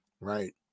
right